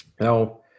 Now